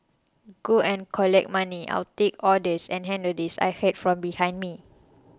go and collect money I'll take orders and handle this I heard from behind me